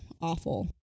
awful